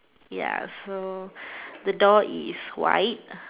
ya so the door is white